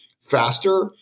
faster